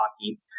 hockey